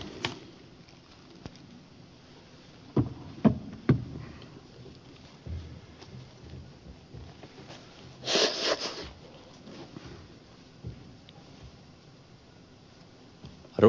arvoisa puhemies